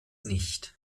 nicht